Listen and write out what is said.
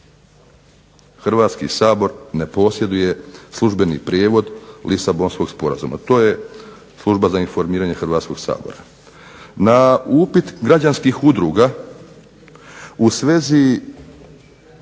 Hrvatski sabor ne posjeduje službeni prijevod Lisabonskog sporazuma. To je služba za informiranje Hrvatskoga sabora. Na upit građanskih udruga u svezi